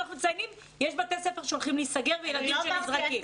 בתי ספר שהולכים להיסגר וילדים שנזרקים.